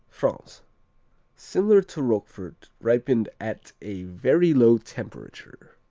france similar to roquefort ripened at a very low temperature.